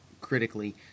critically